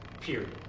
Period